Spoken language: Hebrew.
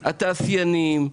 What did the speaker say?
התעשיינים,